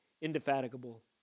indefatigable